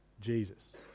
Jesus